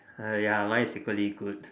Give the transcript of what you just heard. !haiya! mine is equally good